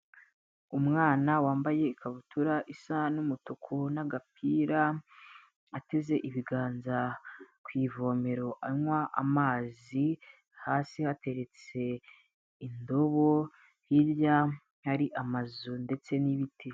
Umwana wambaye ikabutura isa n'umutuku n'agapira, ateze ibiganza ku ivomero anywa amazi, hasi hateretse indobo, hirya hari amazu ndetse n'ibiti.